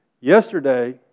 yesterday